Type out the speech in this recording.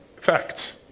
facts